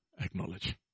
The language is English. Acknowledge